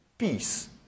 peace